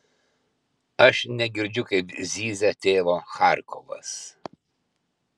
aš negirdžiu kaip zyzia tėvo charkovas